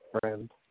friend